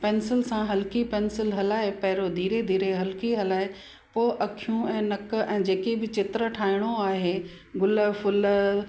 pencil सां हल्की pencil हलाए पहिरों धीरे धीरे हल्की हलाए पोइ अखियूं ऐं नक ऐं जे कि बि चित्र ठाहिणो आहे गुल फुल